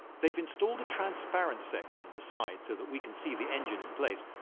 they've installed a transparent section in the side so that we can see the engine in place.